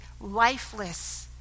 lifeless